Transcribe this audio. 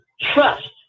Trust